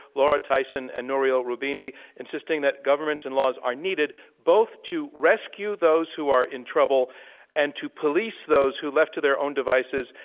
laura tyson and nouriel roubini, insisting that governments and laws are needed both to rescue those who are in trouble and to police those who, left to their own devices,